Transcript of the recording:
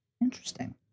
Interesting